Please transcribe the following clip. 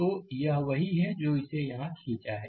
तो यह वही है जो इसे यहाँ खींचा है